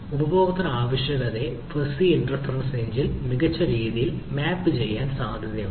ഉപയോക്തൃ ആവശ്യകതയെ fuzzy inference engine മികച്ച രീതിയിൽ മാപ്പുചെയ്യാൻ സാധ്യതയുണ്ട്